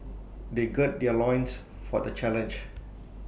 they gird their loins for the challenge